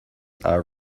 are